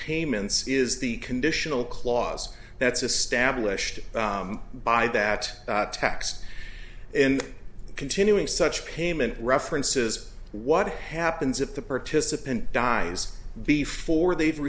payments is the conditional clause that's established by that tax and continuing such payment references what happens if the participant dies before they've